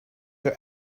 your